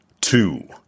two